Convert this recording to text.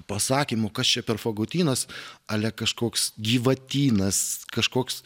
pasakymo kas čia per fagotynas ale kažkoks gyvatynas kažkoks